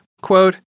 quote